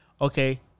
Okay